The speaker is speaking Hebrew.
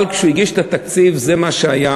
אבל כשהוא הגיש את התקציב זה מה שהיה,